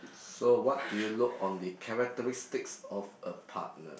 so what do you look on the characteristics of a partner